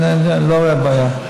אני לא רואה בעיה.